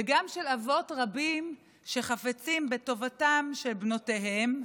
וגם של אבות רבים שחפצים בטובתן של בנותיהם,